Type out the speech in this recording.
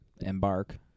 Embark